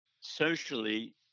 Socially